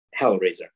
Hellraiser